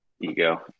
ego